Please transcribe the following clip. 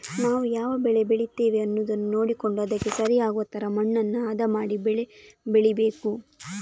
ನಾವು ಯಾವ ಬೆಳೆ ಬೆಳೀತೇವೆ ಅನ್ನುದನ್ನ ನೋಡಿಕೊಂಡು ಅದಕ್ಕೆ ಸರಿ ಆಗುವ ತರ ಮಣ್ಣನ್ನ ಹದ ಮಾಡಿ ಬೆಳೆ ಬೆಳೀಬೇಕು